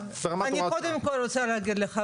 אני קודם כול רוצה להגיד לך,